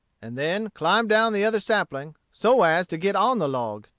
and then climbed down the other sapling so as to get on the log.